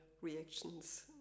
reactions